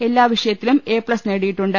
എല്ലാ വിഷയത്തിലും A plus നേടിയിട്ടുണ്ട്